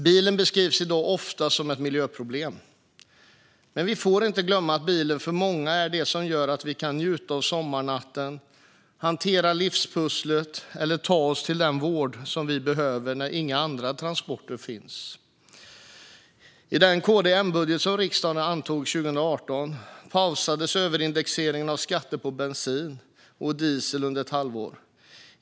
Bilen beskrivs i dag ofta som ett miljöproblem, men vi får inte glömma att bilen för många är det som gör att vi kan njuta av sommarnatten, hantera livspusslet eller ta oss till den vård som vi behöver när inga andra fransporter finns. I den KD-M-budget som riksdagen antog 2018 pausades överindexeringen av skatten på bensin och diesel under ett halvår.